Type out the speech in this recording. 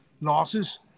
losses